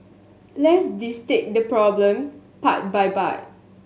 let's dissect this problem part by part